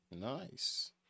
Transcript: Nice